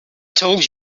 told